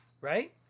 Right